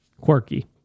quirky